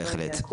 בהחלט.